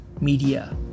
media